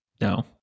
No